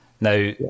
Now